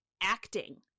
acting